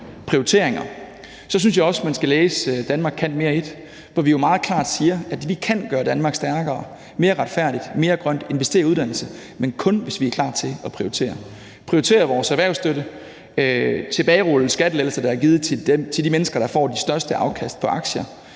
prioriteringer, synes jeg også, man skal læse »Danmark kan mere I«, hvor vi jo meget klart siger, at vi kan gøre Danmark stærkere, mere retfærdigt og mere grønt og kan investere i uddannelse, men kun hvis vi er klar til at prioritere; klar til at prioritere vores erhvervsstøtte, tilbagerulle skattelettelser, der er givet til de mennesker, der får de største afkast på aktier,